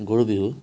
গৰু বিহু